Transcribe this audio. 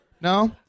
No